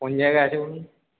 কোন জায়গায় আছে বলুন তো